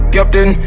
Captain